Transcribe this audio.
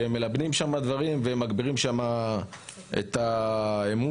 שהם מלבנים שם דברים ומגבירים שם את האמון.